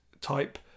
type